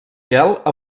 gel